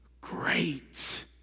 great